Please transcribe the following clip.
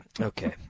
Okay